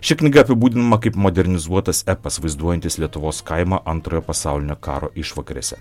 ši knyga apibūdinama kaip modernizuotas epas vaizduojantis lietuvos kaimą antrojo pasaulinio karo išvakarėse